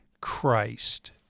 Christ